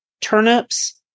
turnips